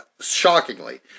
shockingly